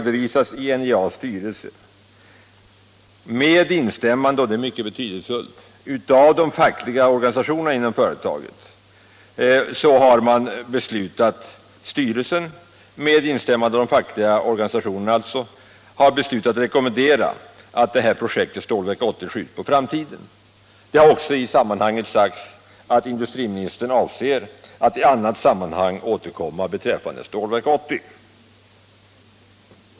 betydelsefullt — av de fackliga organisationerna inom företaget har be slutat rekommendera att projektet Stålverk 80 skjuts på framtiden. Det framhålles i propositionen att industriministern avser att i annat sammanhang återkomma beträffande Stålverk 80.